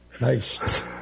Nice